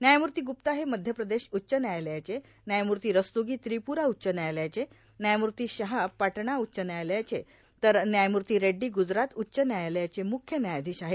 न्यायमूर्ता ग्रप्ता हे मध्य प्रदेश उच्च न्यायालयाचे न्यायमूर्ता रस्तोगी त्रिप्रा उच्च न्यायालयाचे न्यायमूर्ता शहा पाटणा उच्च न्यायालयाचे तर न्यायमूर्ता रेड्डी गुजरात उच्च न्यायालयाचे मुख्य न्यायाधीश आहेत